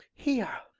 here!